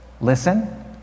Listen